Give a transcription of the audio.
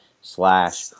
slash